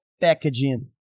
packaging